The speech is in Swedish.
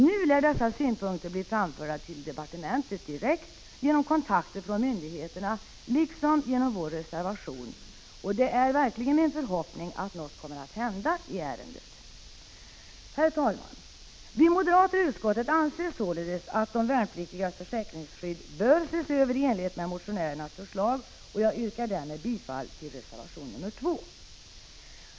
Nu lär dessa synpunkter bli framförda till departementet direkt genom kontakter från myndigheterna liksom genom vår reservation. Det är verkligen min förhoppning att något kommer att hända i ärendet. Herr talman! Vi moderater i utskottet anser således att de värnpliktigas försäkringsskydd bör ses över i enlighet med motionärernas förslag, och jag yrkar bifall till reservation nr 2.